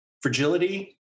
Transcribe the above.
fragility